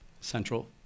central